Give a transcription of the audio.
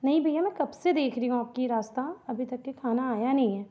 नहीं भैया मैं कब से देख रही हूँ आपका रास्ता अभी तक के खाना आया नहीं है